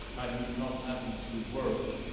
i mean not having to work